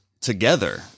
together